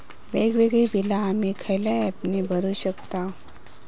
वेगवेगळी बिला आम्ही खयल्या ऍपने भरू शकताव?